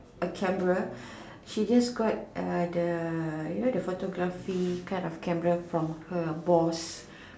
a camera she just got a the you know the photography kind of camera from her boss